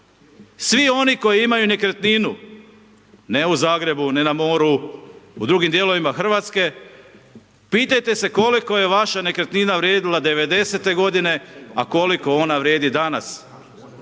Svi oni koji imaju nekretninu, ne u Zagrebu, ne na moru, u drugim dijelovima RH, pitajte se koliko je vaša nekretnina vrijedila 90.-te godine, a koliko ona vrijedi danas.